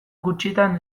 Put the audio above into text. gutxitan